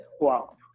wow